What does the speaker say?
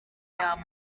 y’amoko